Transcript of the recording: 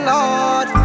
Lord